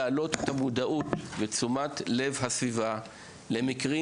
להעלות את המודעות ותשומת לב הסביבה למקרים